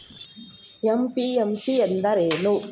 MPMC ಎಂದರೇನು?